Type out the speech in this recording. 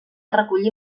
recollir